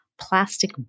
plastic